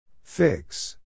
Fix